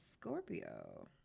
Scorpio